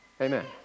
Amen